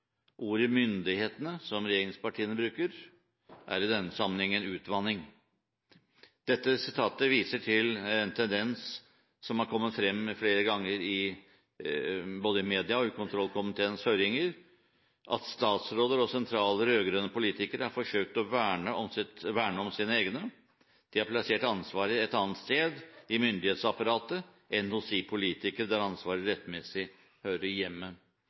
Ordet «myndighetene», som regjeringspartiene bruker, er i denne sammenheng en utvanning. Dette viser en tendens som har kommet frem flere ganger i media og i kontrollkomiteens høringer – at statsråder og sentrale rød-grønne politikere har forsøkt å verne om sine egne. De har plassert ansvaret et annet sted, i myndighetsapparatet, enn hos de politikere der ansvaret rettmessig hører hjemme.